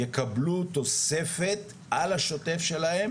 יקבלו תוספת על השוטף שלהם,